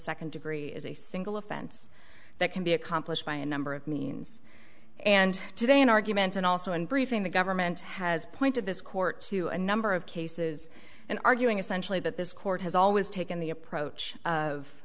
second degree is a single offense that can be accomplished by a number of means and today in argument and also in briefing the government has pointed this court to a number of cases and arguing essentially that this court has always taken the approach of